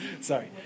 sorry